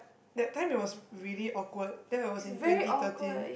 that time it was really awkward then it was in twenty thirteen